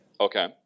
Okay